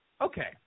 Okay